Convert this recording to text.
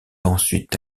ensuite